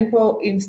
אין פה אינסטנט.